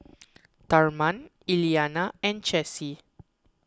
therman Elianna and Chessie